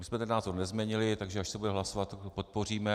My jsme ten názor nezměnili, takže až se bude hlasovat, tak ho podpoříme.